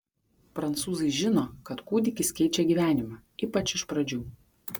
prancūzai žino kad kūdikis keičia gyvenimą ypač iš pradžių